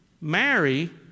marry